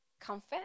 comfort